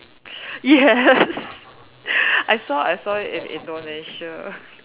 yes I saw I saw it in Indonesia